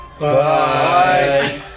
Bye